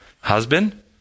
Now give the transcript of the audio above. husband